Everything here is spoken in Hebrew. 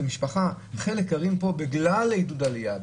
שחלק גרים פה בגלל עידוד העלייה,